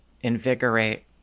invigorate